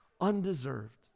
undeserved